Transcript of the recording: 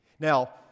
Now